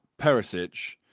Perisic